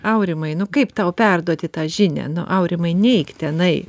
aurimai nu kaip tau perduoti tą žinią nu aurimai neik tenai